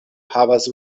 havas